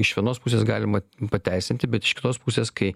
iš vienos pusės galima pateisinti bet iš kitos pusės kai